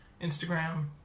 Instagram